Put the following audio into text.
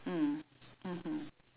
mm mmhmm